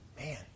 man